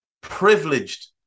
privileged